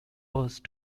first